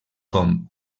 com